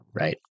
right